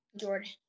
Jordan